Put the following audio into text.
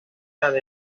delta